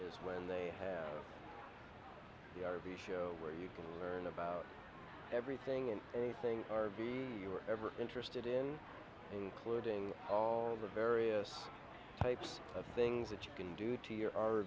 is when they have the r v show where you can learn about everything and anything r v you were ever interested in including the various types of things that you can do to your